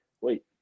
wait